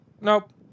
Nope